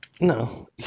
No